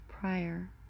prior